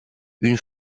une